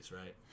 right